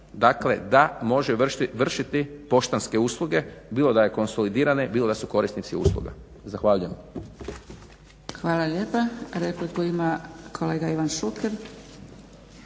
dakle da može vršiti poštanske usluge bilo da su konsolidirane bilo da su korisnici usluga. Zahvaljujem. **Zgrebec, Dragica (SDP)** Hvala lijepa. Repliku ima kolega Ivan Šuker.